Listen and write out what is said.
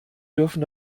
dürfen